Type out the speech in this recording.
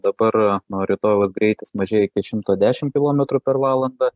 dabar nuo rytojaus greitis mažėja iki šimto dešim kilometrų per valandą